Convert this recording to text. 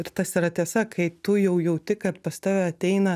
ir tas yra tiesa kai tu jau jauti kad pas tave ateina